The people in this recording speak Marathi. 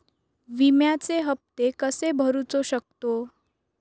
विम्याचे हप्ते कसे भरूचो शकतो?